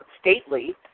stately